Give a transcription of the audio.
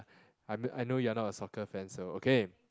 I kn~ I know you are not a soccer fan so okay